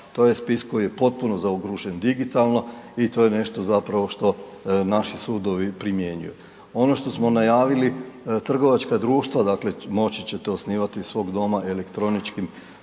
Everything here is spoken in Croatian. to je spis koji je potpuno zaokružen digitalno i to je nešto zapravo što naši sudovi primjenjuju. Ono što smo najavili, trgovačka društva dakle moći ćete osnivati iz svog doma elektroničkim